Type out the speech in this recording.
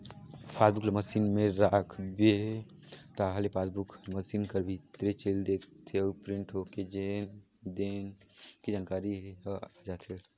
passbook ल machine में राखबे ताहले पासबुक हर मसीन कर भीतरे चइल देथे अउ प्रिंट होके लेन देन के जानकारी ह आ जाथे